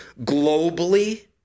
globally